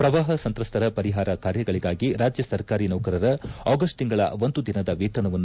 ಪ್ರವಾಪ ಸಂತ್ರಸ್ತರ ಪರಿಹಾರ ಕಾರ್ಯಗಳಿಗಾಗಿ ರಾಜ್ಞ ಸರ್ಕಾರಿ ನೌಕರರ ಆಗಸ್ಟ್ ತಿಂಗಳ ಒಂದು ದಿನದ ವೇತನವನ್ನು